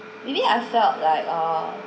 maybe I felt like err